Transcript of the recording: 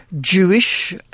Jewish